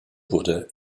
wurde